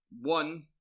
one